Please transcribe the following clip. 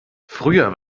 früher